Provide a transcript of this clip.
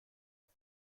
auf